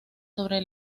sobre